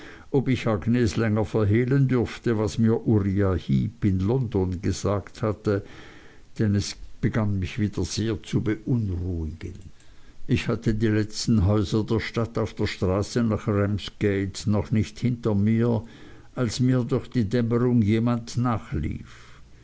ob ich agnes länger verhehlen dürfte was mir uriah heep in london gesagt hatte denn es begann mich wieder sehr zu beunruhigen ich hatte die letzten häuser der stadt auf der straße nach ramsgate noch nicht hinter mir als mir durch die dämmerung jemand nachlief